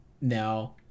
No